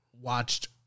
Watched